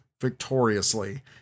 victoriously